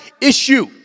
issue